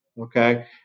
Okay